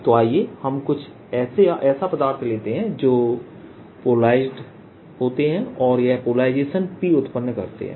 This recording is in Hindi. तो आइए हम कुछ ऐसा पदार्थ लेते हैं जो पोलराइज़ होती है और यह पोलराइजेशन Pउत्पन्न करती है